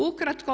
Ukratko.